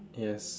ya